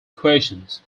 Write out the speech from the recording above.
equations